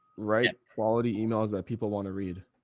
right? quality emails that people want to read.